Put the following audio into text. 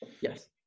Yes